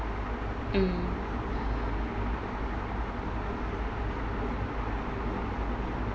mm